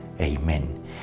Amen